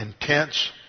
intense